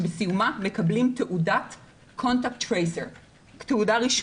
בסיומה מקבלים תעודת Contact tracer רשמית.